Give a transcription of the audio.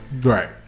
Right